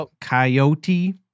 coyote